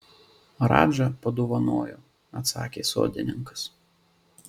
radža padovanojo atsakė sodininkas